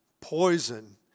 poison